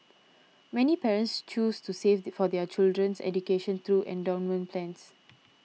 many parents choose to save for their children's education through endowment plans